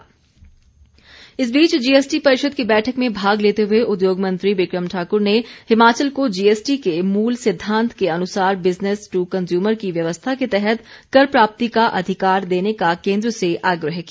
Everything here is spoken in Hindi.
विक्रम ठाकुर इस बीच जीएसटी परिषद की बैठक में भाग लेते हुए उद्योगमंत्री विक्रम ठाकुर ने हिमाचल को जीएसटी के मूल सिद्धांत के अनुसार बिजनेस टू कंज्यूमर की व्यवस्था के तहत कर प्राप्ति का अधिकार देने का केन्द्र से आग्रह किया